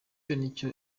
icyo